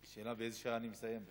השאלה היא באיזה שעה אני מסיים.